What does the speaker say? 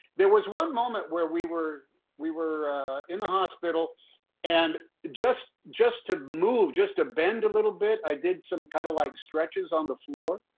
there was one moments where we were we were in the hospital and just just to move, just to bend a little bit, i did some kind of like stretches on the floor,